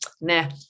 nah